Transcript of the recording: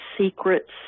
secrets